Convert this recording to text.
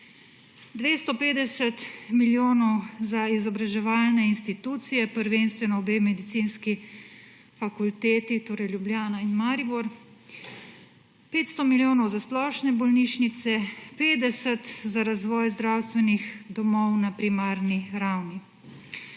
250 milijonov za izobraževalne institucije, prvenstveno obe medicinski fakulteti, torej Ljubljana in Maribor, 500 milijonov za splošne bolnišnice, 50 za razvoj zdravstvenih domov na primarni ravni.